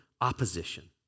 opposition